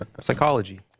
psychology